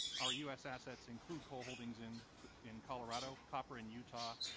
our u s. assets include coal holdings in in colorado, copper in utah,